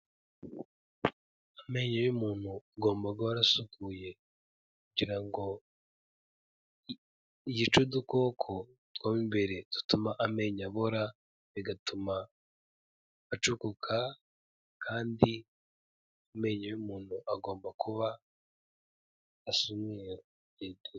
Amenyo y'umuntu agomba guhora asukuye kugira ngo yice udukoko two mu imbere dutuma amenyo abora bigatuma acukuka kandi amenyo y'umuntu agomba kuba asa umweru dede.